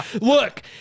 look